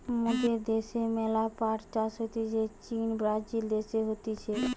মোদের দ্যাশে ম্যালা পাট চাষ হতিছে চীন, ব্রাজিল দেশে হতিছে